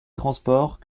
transports